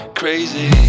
crazy